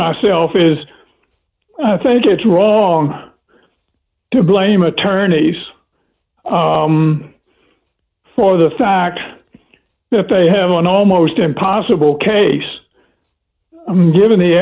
myself is i think it's wrong to blame attorneys for the fact that they have an almost impossible case given the